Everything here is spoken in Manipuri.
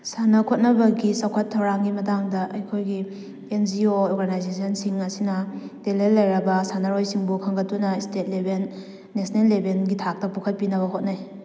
ꯁꯥꯟꯅ ꯈꯣꯠꯅꯕꯒꯤ ꯆꯥꯎꯈꯠ ꯊꯧꯔꯥꯡꯒꯤ ꯃꯇꯥꯡꯗ ꯑꯩꯈꯣꯏꯒꯤ ꯑꯦꯟ ꯖꯤ ꯑꯣ ꯑꯣꯔꯒꯅꯥꯏꯖꯦꯁꯟꯁꯤꯡ ꯑꯁꯤꯅ ꯇꯦꯂꯦꯟ ꯂꯩꯔꯕ ꯁꯥꯟꯅꯔꯣꯏꯁꯤꯡꯕꯨ ꯈꯟꯒꯠꯇꯨꯅ ꯏꯁꯇꯦꯠ ꯂꯦꯚꯦꯜ ꯅꯦꯁꯅꯦꯜ ꯂꯦꯚꯦꯜꯒꯤ ꯊꯥꯛꯇ ꯄꯨꯈꯠꯄꯤꯅꯕ ꯍꯣꯠꯅꯩ